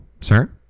Sir